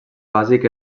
bàsic